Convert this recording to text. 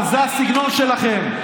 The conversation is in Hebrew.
אבל זה הסגנון שלכם.